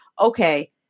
okay